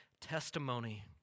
testimony